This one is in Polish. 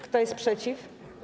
Kto jest przeciw?